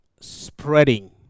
spreading